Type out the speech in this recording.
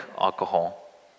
alcohol